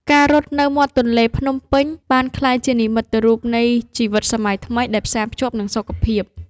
ការរត់នៅមាត់ទន្លេភ្នំពេញបានក្លាយជានិមិត្តរូបនៃជីវិតសម័យថ្មីដែលផ្សារភ្ជាប់នឹងសុខភាព។